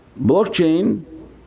Blockchain